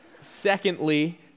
secondly